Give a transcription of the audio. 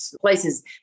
places